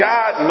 God